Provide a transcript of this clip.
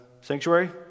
sanctuary